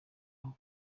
aho